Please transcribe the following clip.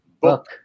Book